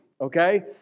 okay